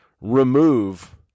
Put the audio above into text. remove